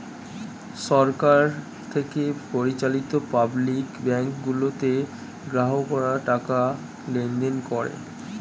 সরকার থেকে পরিচালিত public bank গুলোতে গ্রাহকরা টাকা লেনদেন করে